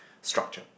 structure